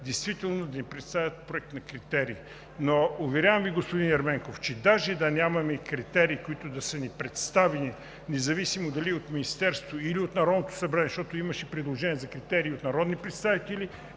действително да представят проект на критерии. Господин Ерменков, уверявам Ви, че дори и да нямаме критерии, които да са ни представени – независимо дали от Министерството, или от Народното събрание – имаше предложение за критерии от народни представители,